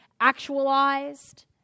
actualized